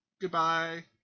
Goodbye